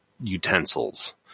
utensils